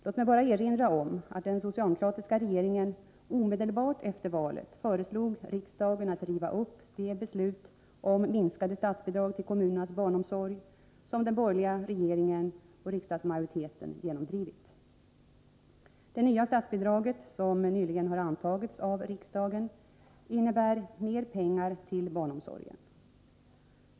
Låt mig bara erinra om att den socialdemokratiska regeringen omedelbart efter valet föreslog riksdagen att riva upp det beslut om minskade statsbidrag till kommunernas barnomsorg som den borgerliga regeringen och riksdagsmajoriteten genomdrivit. Det nya statsbidrag som nyligen har antagits av riksdagen innebär mera pengar till barnomsorgen.